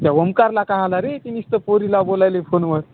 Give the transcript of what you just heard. या ओमकारला कशाला रे ती नसतं पोरीला बोलायले फोनवर